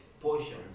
portions